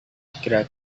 kira